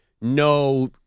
no